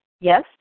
yes